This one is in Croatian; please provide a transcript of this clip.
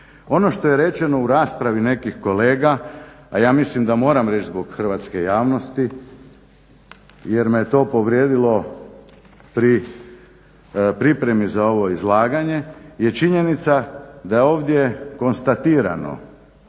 Ono što je rečeno u raspravi nekih kolega, a ja mislim da moram reći zbog hrvatske javnosti jer me je to povrijedilo pri pripremi za ovo izlaganje je činjenica da je ovdje konstatirano